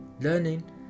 Learning